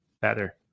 better